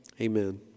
amen